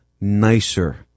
nicer